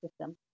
system